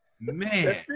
Man